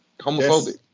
homophobic